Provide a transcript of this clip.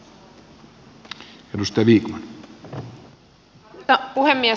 herra puhemies